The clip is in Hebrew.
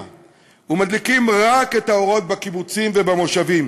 ומדליקים רק את האורות בקיבוצים ובמושבים,